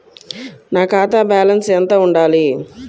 నా ఖాతా బ్యాలెన్స్ ఎంత ఉండాలి?